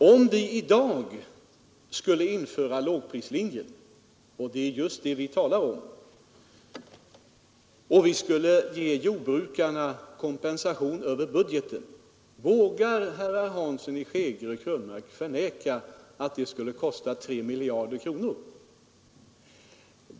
Om vi i dag skulle införa lågprislinjen — det är just det vi talar om — och ge jordbrukarna kompensation över budgeten, vågar herrar Hansson i Skegrie och Krönmark förneka att det skulle kosta 3 miljarder kronor?